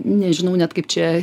nežinau net kaip čia